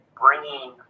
bringing